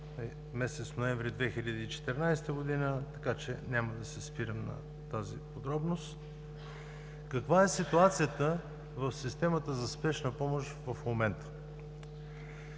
месец ноември 2014 г., така че няма да се спирам на тази подробност. Каква е ситуацията в системата за спешна помощ в момента?